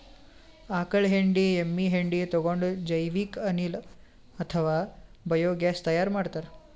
ಆಕಳ್ ಹೆಂಡಿ ಎಮ್ಮಿ ಹೆಂಡಿ ತಗೊಂಡ್ ಜೈವಿಕ್ ಅನಿಲ್ ಅಥವಾ ಬಯೋಗ್ಯಾಸ್ ತೈಯಾರ್ ಮಾಡ್ತಾರ್